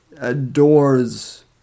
adores